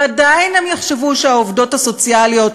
ועדיין הם יחשבו שהעובדות הסוציאליות